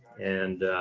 and ah,